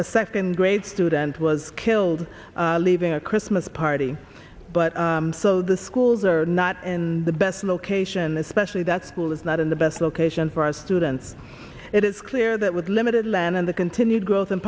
a second grade student was killed leaving a christmas party but so the schools are not in the best location especially that school is not in the best location for our students it is clear that with limited land and the continued growth